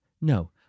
no